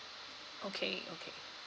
okay okay